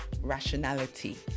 rationality